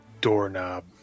Doorknob